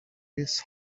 his